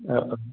ആ ആ